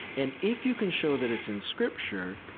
and if you can show that it's in scripture,